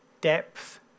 depth